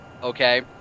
Okay